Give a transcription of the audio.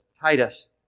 Titus